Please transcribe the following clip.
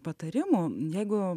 patarimų jeigu